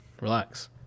Relax